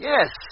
Yes